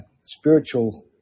spiritual